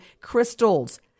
crystals